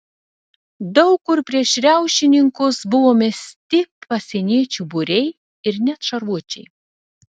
daug kur prieš riaušininkus buvo mesti pasieniečių būriai ir net šarvuočiai